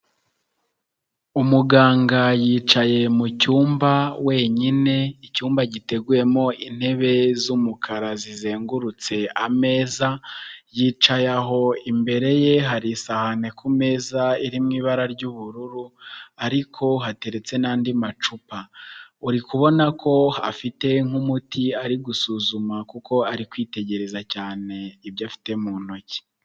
Umuganga yicaye mu cyumba wenyine, icyumba giteguyemo intebe z'umukara zizengurutse ameza, yicaye aho imbere ye hari isahani ku meza iri mu ibara ry'ubururu ariko hateretse n'andi macupa, uri kubona ko afite nk'umuti ari gusuzuma kuko ari kwitegereza cyane ibyo afite mu ntoki.